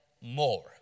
more